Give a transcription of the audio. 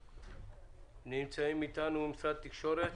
נמצאים איתנו משרד התקשורת,